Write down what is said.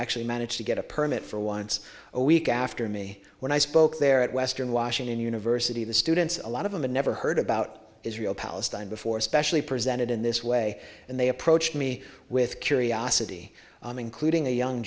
actually managed to get a permit for once a week after me when i spoke there at western washington university the students a lot of them had never heard about israel palestine before especially presented in this way and they approached me with curiosity clipping a young